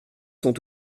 sont